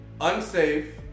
unsafe